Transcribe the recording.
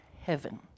heaven